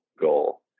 goal